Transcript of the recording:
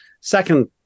second